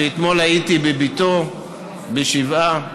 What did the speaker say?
שאתמול הייתי בביתו בשבעה,